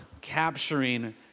capturing